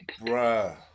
Bruh